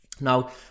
Now